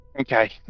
Okay